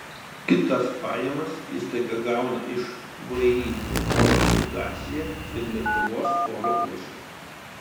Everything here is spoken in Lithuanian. kitas pajamas įstaiga gauna iš vį oro navigacija ir lietuvos oro uostų